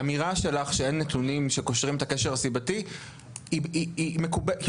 אמירה שלך שאין נתונים שקושרים את הקשר הסיבתי היא מקובלת,